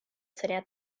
syniad